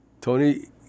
Tony